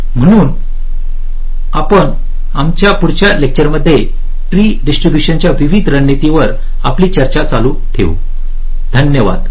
म्हणून आम्ही आमच्या पुढच्या लेक्चरमध्ये ट्री डिस्ट्रीब्यूशन च्या विविध रणनीतींवर आपली चर्चा चालू ठेवतो